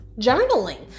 Journaling